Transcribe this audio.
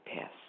pass